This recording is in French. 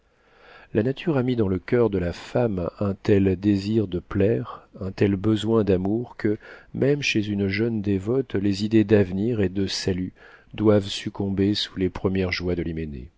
la nature a mis dans le coeur de la femme un tel désir de plaire un tel besoin d'amour que même chez une jeune dévote les idées d'avenir et de salut doivent succomber sous les premières joies de